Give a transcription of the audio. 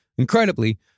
Incredibly